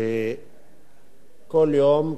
כשכל יום,